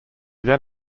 then